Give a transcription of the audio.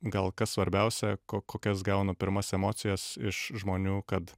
gal kas svarbiausia ko kokias gaunu pirmas emocijas iš žmonių kad